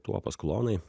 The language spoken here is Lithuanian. tuopos klonai